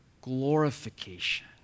glorification